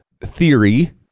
theory